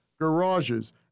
garages